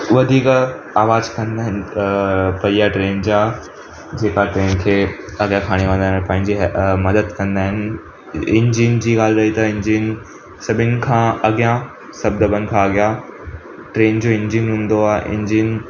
वधीक आवाजु कंदा आहिनि त पहिया ट्रेन जा जेका ट्रेन खे अगरि खणी वञण में पंहिंजी अ मदद कंदा आहिनि इ इंजन जी ॻाल्हि चई त इंजन सभिनि खां अॻियां सभु दॿनि जा अॻियां ट्रेन जो इंजन हूंदो आ्हे इंजन